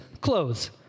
clothes